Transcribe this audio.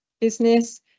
business